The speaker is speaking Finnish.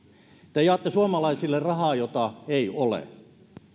te jaatte suomalaisille rahaa jota ei ole